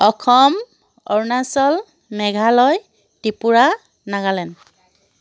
Assam Arunachal Meghalaya Tripura Nagaland